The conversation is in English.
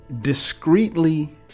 discreetly